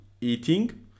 eating